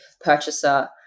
purchaser